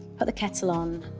put the kettle um